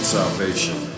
Salvation